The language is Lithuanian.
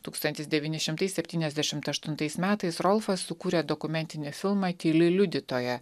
tūkstantis devyni šimtai septyniasdešimt aštuntais metais rolfas sukūrė dokumentinį filmą tyli liudytoja